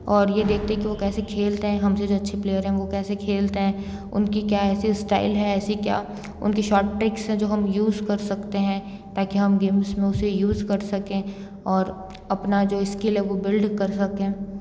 और ये देखते है कि वो कैसे खेलते हैं हमसे जो अच्छे प्लेयर हैं वो कैसे खेलते हैं उनकी क्या ऐसी स्टाइल है ऐसी क्या उनकी शार्ट ट्रिक्स हैं जो हम यूज़ कर सकते हैं ताकि हम गेम्स में उसे यूज़ कर सकें और अपना जो स्किल है वो बिल्ड कर सकें